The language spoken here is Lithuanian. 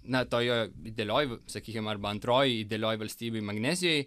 na to jo idealiojo va sakykim arba antroji idealioj valstybėj magnezijoj